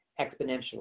exponentially